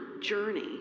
journey